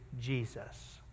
Jesus